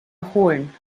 erholen